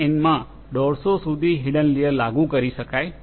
માં 150 સુધી hidden layer લાગુ કરી શકાય છે